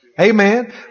Amen